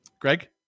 Greg